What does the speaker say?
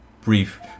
brief